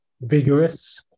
vigorous